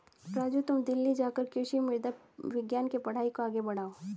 राजू तुम दिल्ली जाकर कृषि मृदा विज्ञान के पढ़ाई को आगे बढ़ाओ